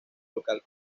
local